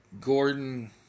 Gordon